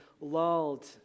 lulled